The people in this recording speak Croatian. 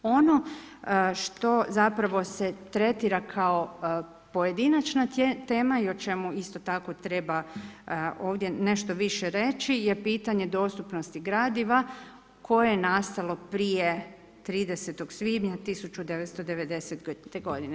Ono što zapravo se tretira kao pojedinačna tema i o čemu isto tako treba ovdje nešto više reći je pitanje dostupnosti gradiva koje je nastalo prije 30. svibnja 1990. godine.